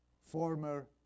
former